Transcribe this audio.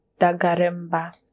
dagaremba